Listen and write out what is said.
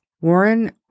Warren